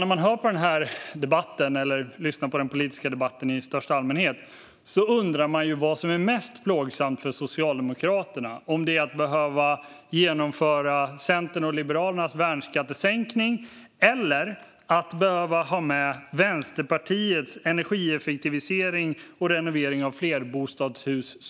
När man lyssnar på den här debatten eller på den politiska debatten i största allmänhet undrar man vad som är mest plågsamt för Socialdemokraterna: att behöva genomföra Centerns och Liberalernas värnskattesänkning eller att behöva ha med Vänsterpartiets subvention av energieffektivisering och renovering av flerbostadshus.